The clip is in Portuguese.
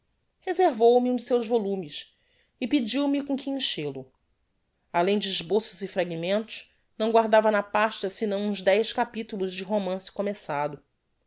reservou me um de seus volumes e pediu-me com que enchel o alem de esboços e fragmentos não guardava na pasta senão uns dez capitulos de romance começado